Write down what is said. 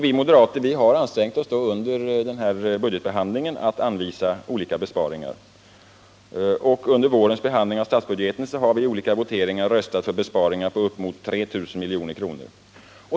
Vi moderater har ansträngt oss under budgetbehandlingen att anvisa olika besparingar, och under vårens behandling av statsbudgeten har vi i olika voteringar röstat för besparingar på upp emot 3 000 milj.kr.